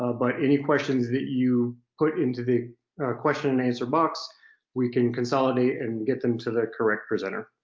ah but any questions that you put into the question and answer box we can consolidate and get them to the correct presenter.